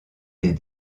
des